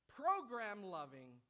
program-loving